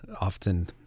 often